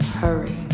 hurry